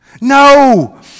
No